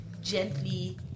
gently